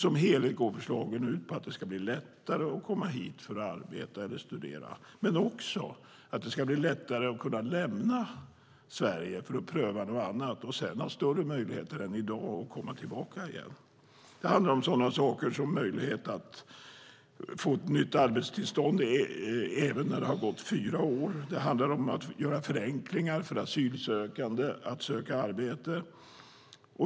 Som helhet går förslagen ut på att det ska bli lättare att komma hit för att arbeta eller studera men också att det ska bli lättare att kunna lämna Sverige för att pröva något annat och sedan ha större möjligheter än i dag att komma tillbaka igen. Det handlar om sådant som möjlighet att få ett nytt arbetstillstånd även när det har gått fyra år. Det handlar om att förenkla för asylsökande att söka arbete.